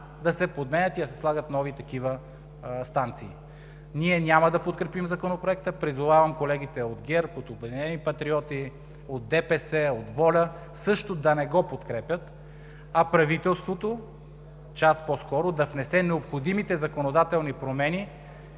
да се подменят и да се слагат нови такива станции. Ние няма да подкрепим Законопроекта. Призовавам колегите от ГЕРБ, от „Обединени патриоти“, от ДПС, от ВОЛЯ също да не го подкрепят, а правителството час по скоро да внесе необходимите законодателни промени,